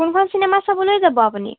কোনখন চিনেমা চাবলৈ যাব আপুনি